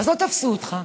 אז לא תפסו אותך,